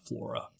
flora